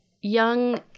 young